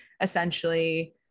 essentially